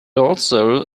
also